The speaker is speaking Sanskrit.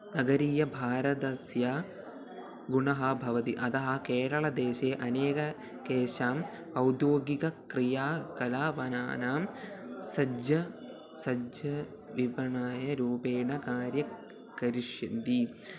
नगरीय भारतस्य गुणः भवति अतः केरळदेशे अनेकानाम् औद्योगिक क्रियाकलापनानां सज्ज सज्जविपणायरूपेण कार्यं करिष्यन्ति